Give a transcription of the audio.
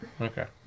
Okay